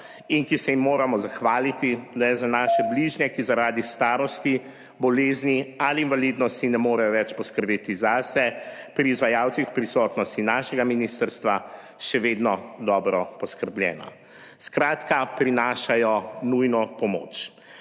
in ki se jim moramo zahvaliti, da je za naše bližnje, ki zaradi starosti, bolezni ali invalidnosti ne morejo več poskrbeti zase, pri izvajalcih v prisotnosti našega ministrstva še vedno dobro poskrbljeno. Skratka, prinašajo nujno pomoč.